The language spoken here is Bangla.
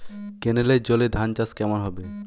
কেনেলের জলে ধানচাষ কেমন হবে?